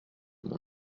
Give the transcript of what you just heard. mon